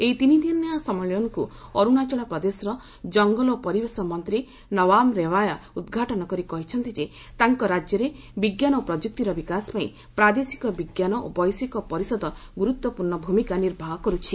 ଏହି ତିନିଦିନିଆ ସମ୍ମିଳନୀକୁ ଅରୁଣାଚଳ ପ୍ରଦେଶର ଜଙ୍ଗଲ ଓ ପରିବେଶ ମନ୍ତ୍ରୀ ନବମ ରେବାୟା ଉଦ୍ଘାଟନ କରି କହିଛନ୍ତି ଯେ ତାଙ୍କ ରାଜ୍ୟରେ ବିଜ୍ଞାନ ଓ ପ୍ରଯୁକ୍ତିର ବିକାଶର ପାଇଁ ପ୍ରାଦେଶିକ ବିଜ୍ଞାନ ଓ ବୈଷୟିକ ପରିଷଦ ଗୁରୁତ୍ୱପୂର୍ଣ୍ଣ ଭୂମିକା ନିର୍ବାହ କରୁଛି